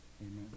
Amen